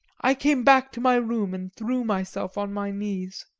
i came back to my room and threw myself on my knees.